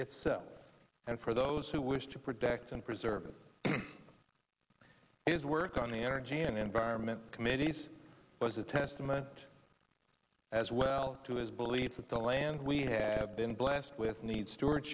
itself and for those who wish to protect and preserve it is work on the energy and environment committees was a testament as well to his belief that the land we have been blessed with need st